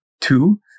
Two